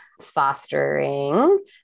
fostering